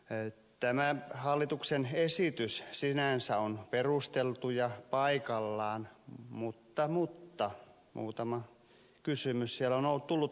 tämä hallituksen esitys sinänsä on perusteltu ja paikallaan mutta mutta muutama kysymys siellä on tullut esille